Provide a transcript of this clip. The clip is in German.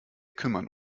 kümmern